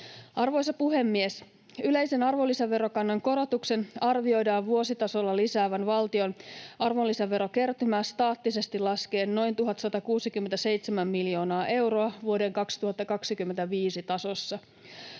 Arvoisa puhemies! Yleisen arvonlisäverokannan korotuksen arvioidaan vuositasolla lisäävän valtion arvonlisäverokertymää staattisesti laskien noin 1 167 miljoonaa euroa vuoden 2025 tasossa.